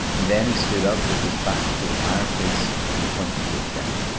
then he stood up with his back to the fireplace and pointed to a chair.